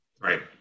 Right